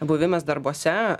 buvimas darbuose